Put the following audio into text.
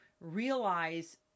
realize